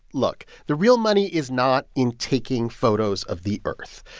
look. the real money is not in taking photos of the earth.